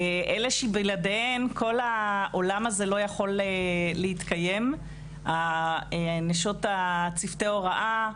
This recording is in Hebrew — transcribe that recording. אלה שבלעדיהן כל העולם הזה לא יכול להתקיים; נשות צוותי הוראה,